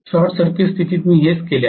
short circuit स्थितीत मी हेच केले आहे